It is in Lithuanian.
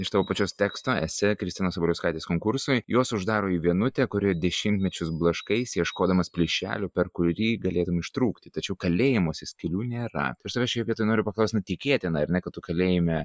iš tavo pačios teksto esė kristinos sabaliauskaitės konkursui juos uždaro į vienutę kurioje dešimtmečius blaškaisi ieškodamas plyšelio per kurį galėtum ištrūkti tačiau kalėjimuose skylių nėra aš tavęs šioje vietoje noriu paklausti na tikėtina ar ne kad tu kalėjime